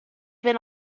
been